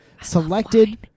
selected